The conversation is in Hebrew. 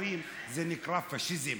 בספרים זה נקרא פאשיזם.